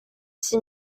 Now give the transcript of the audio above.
six